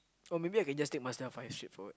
or maybe I can just take myself and shift forward